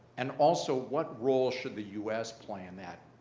and also what role should the us play in that?